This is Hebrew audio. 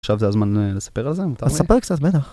עכשיו זה הזמן לספר על זה, ספר קצת בטח.